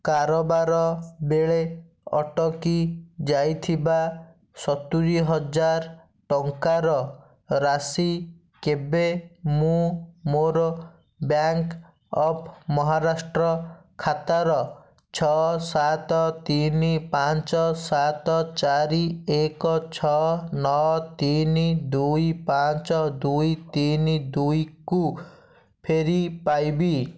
କାରବାର ବେଳେ ଅଟକି ଯାଇଥିବା ସତୁରୀ ହଜାର ଟଙ୍କାର ରାଶି କେବେ ମୁଁ ମୋର ବ୍ୟାଙ୍କ୍ ଅଫ୍ ମହାରାଷ୍ଟ୍ର ଖାତାର ଛଅ ସାତ ତିନି ପାଞ୍ଚ ସାତ ଚାରି ଏକ ଛଅ ନଅ ତିନି ଦୁଇ ପାଞ୍ଚ ଦୁଇ ତିନି ଦୁଇକୁ ଫେରି ପାଇବି